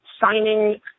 signing –